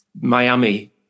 Miami